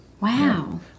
Wow